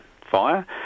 fire